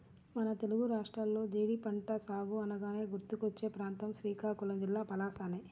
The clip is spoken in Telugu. మన తెలుగు రాష్ట్రాల్లో జీడి పంట సాగు అనగానే గుర్తుకొచ్చే ప్రాంతం శ్రీకాకుళం జిల్లా పలాసనే